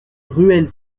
ruelle